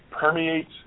permeates